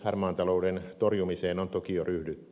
harmaan talouden torjumiseen on toki jo ryhdytty